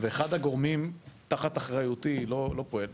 ואחד הגורמים תחת אחריותו לא פועל.